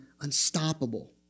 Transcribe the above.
unstoppable